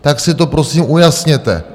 Tak si to, prosím, ujasněte.